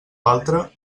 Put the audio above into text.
altre